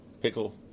Pickle